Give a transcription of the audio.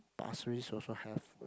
Pasir-Ris also have